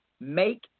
make